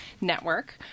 network